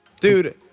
Dude